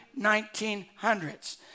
1900s